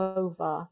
over